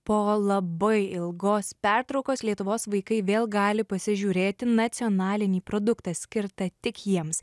po labai ilgos pertraukos lietuvos vaikai vėl gali pasižiūrėti nacionalinį produktą skirtą tik jiems